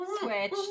switch